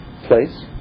place